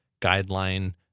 guideline